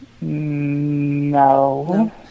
No